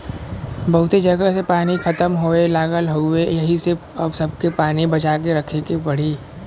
बहुते जगह से पानी खतम होये लगल हउवे एही से अब सबके पानी के बचा के रखे के पड़ी